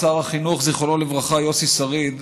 שר החינוך יוסי שריד,